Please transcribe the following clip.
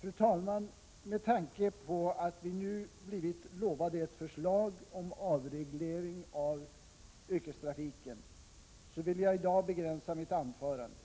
Fru talman! Med tanke på att vi nu blivit lovade ett förslag om avreglering av yrkestrafiken, vill jag i dag begränsa mitt anförande.